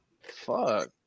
Fuck